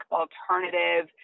alternative